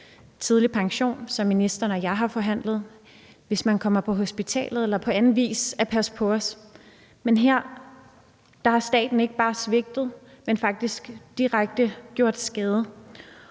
tidlig pension, som ministeren og jeg har forhandlet, hvis man kommer på hospitalet, eller på anden vis at passe på os, men her har staten faktisk ikke bare svigtet, men faktisk direkte gjort skade.